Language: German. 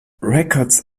records